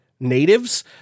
Natives